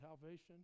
salvation